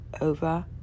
over